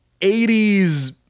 80s